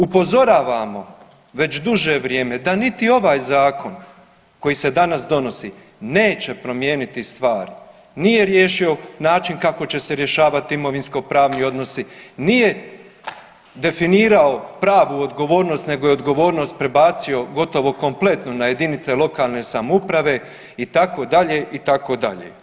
Upozoravamo da već duže vrijeme da niti ovaj zakon koji se danas donosi neće promijeniti stvari, nije riješio način kako će se rješavati imovinskopravni odnosi, nije definirao pravu odgovornost nego je odgovornost prebacio gotovo kompletno na jedinice lokalne samouprave itd., itd.